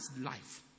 life